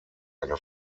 eine